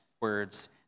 words